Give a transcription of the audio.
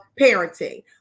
parenting